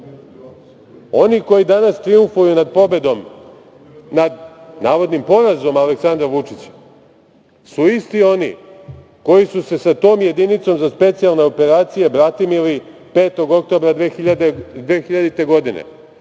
koji danas trijumfuju nad navodnim porazom Aleksandra Vučića su isti oni koji su se tom Jedinicom za specijalne operacije bratimili 5. oktobra 2000. godine,